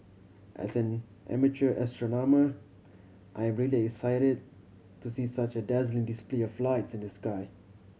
as an amateur astronomer I am really excited to see such a dazzling display of lights in the sky